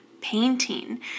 painting